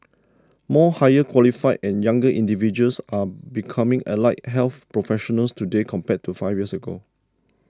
more higher qualified and younger individuals are becoming allied health professionals today compared to five years ago